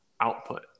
output